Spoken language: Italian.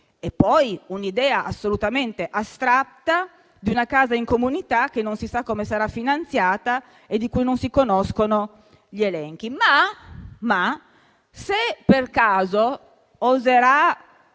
vi è un'idea assolutamente astratta di una casa in comunità, che non si sa come sarà finanziata e di cui non si conoscono gli elenchi. Ma, se per caso il